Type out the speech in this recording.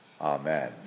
Amen